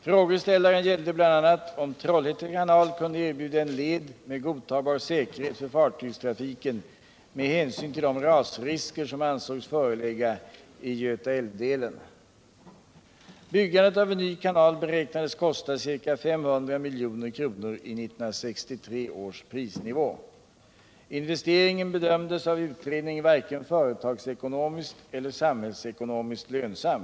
Frågeställningen gällde bl.a. om Trollhätte kanal kunde erbjuda en led med godtagbar säkerhet för fartygstrafiken med hänsyn till de rasrisker som ansågs föreligga i Götaälvdelen. Byggandet av en ny kanal beräknades kosta ca 500 milj.kr. i 1963 års prisnivå. Investeringen bedömdes av utredningen varken företagsekonomiskt eller samhällsekonomiskt lönsam.